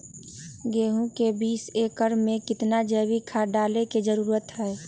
गेंहू में बीस एकर में कितना जैविक खाद डाले के जरूरत है?